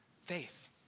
faith